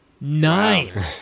Nine